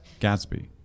gatsby